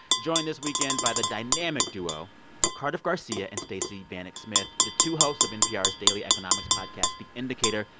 joined this weekend by the dynamic duo of cardiff garcia and stacey vanek smith, the two hosts of npr's daily economics podcast the indicator.